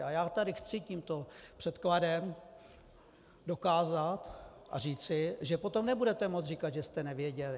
A já tady chci tímto předkladem dokázat a říci, že potom nebudete moct říkat, že jste nevěděli.